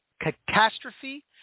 catastrophe